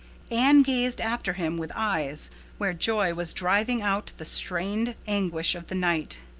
anne gazed after him with eyes where joy was driving out the strained anguish of the night.